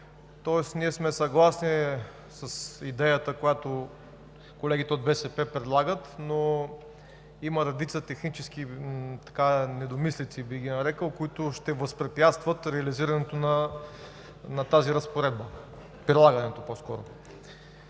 Тоест ние сме съгласни с идеята, която колегите от БСП предлагат, но има редица технически недомислици, бих ги нарекъл, които ще възпрепятстват прилагането на тази разпоредба. На първо място,